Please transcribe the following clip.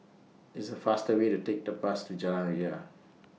It's faster Way to Take The Bus to Jalan Ria